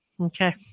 okay